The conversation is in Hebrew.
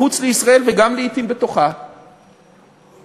מחוץ לישראל וגם לעתים בתוכה ערבים,